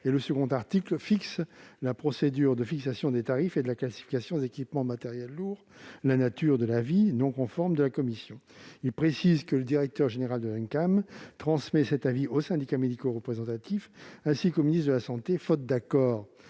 L. 162-1-9-1 prévoit la procédure de fixation des tarifs et de la classification des équipements matériels lourds, et la nature de l'avis, non conforme, de la commission. Il précise que le directeur général de l'Uncam transmet cet avis aux syndicats médicaux représentatifs, ainsi qu'au ministre de la santé. Faute d'accord